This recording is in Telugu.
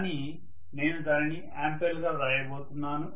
కానీ నేను దానిని ఆంపియర్లుగా వ్రాయబోతున్నాను